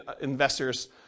investors